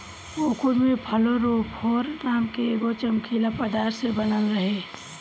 cocoon में fluorophore नाम के एगो चमकीला पदार्थ से बनल रहेला